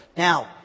Now